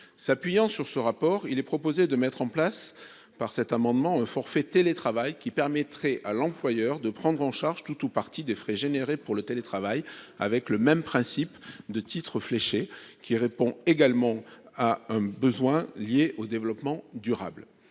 S'appuyant sur ce rapport, il est proposé de mettre en place un forfait télétravail qui permettrait à l'employeur de prendre en charge tout ou partie des frais générés par le télétravail, selon ce même principe de titres fléchés, qui répond également à un besoin lié au développement durable.